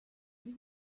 this